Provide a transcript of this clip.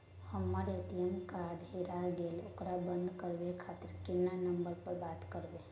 हमर ATM card हेराय गेले ओकरा बंद करे खातिर केना नंबर पर बात करबे?